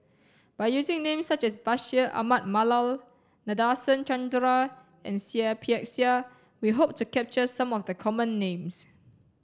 by using names such as Bashir Ahmad Mallal Nadasen Chandra and Seah Peck Seah we hope to capture some of the common names